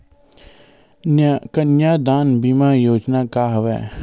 कन्यादान बीमा योजना का हरय?